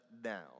down